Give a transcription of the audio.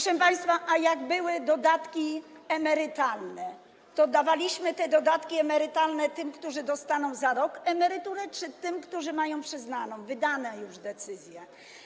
Kiedy były dodatki emerytalne, dawaliśmy te dodatki emerytalne tym, którzy dostaną za rok emeryturę, czy tym, którzy mają ją przyznaną, wydano już decyzję?